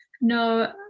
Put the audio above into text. No